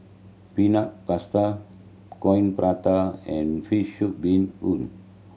Peanut Paste Coin Prata and fish soup bee hoon